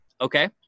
okay